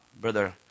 Brother